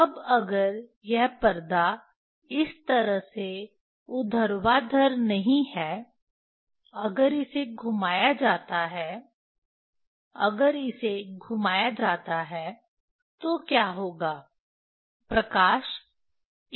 अब अगर यह पर्दा इस तरह से ऊर्ध्वाधर नहीं है अगर इसे घुमाया जाता है अगर इसे घुमाया जाता है तो क्या होगा प्रकाश इस दिशा में जाएगा